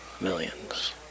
millions